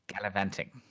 Gallivanting